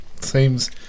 Seems